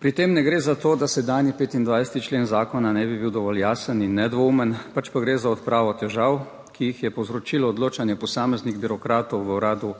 Pri tem ne gre za to, da sedanji 25. člen zakona ne bi bil dovolj jasen in nedvoumen, pač pa gre za odpravo težav, ki jih je povzročilo odločanje posameznih birokratov v uradu